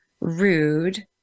rude